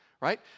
right